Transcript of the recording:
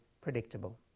predictable